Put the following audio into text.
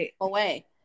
away